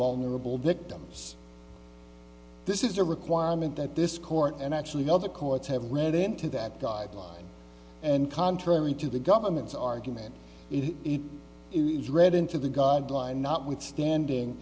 vulnerable victims this is a requirement that this court and actually other courts have led into that guideline and contrary to the government's argument read into the god line notwithstanding